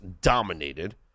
dominated